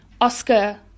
Oscar